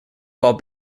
while